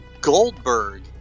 Goldberg